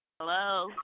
hello